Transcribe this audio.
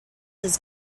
his